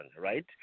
right